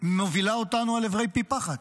מובילה אותנו אל עברי פי פחת,